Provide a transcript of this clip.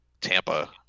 Tampa